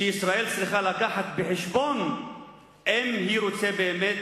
שישראל צריכה לקחת בחשבון אם היא רוצה באמת,